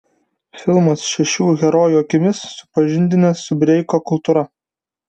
filmas šešių herojų akimis supažindina su breiko kultūra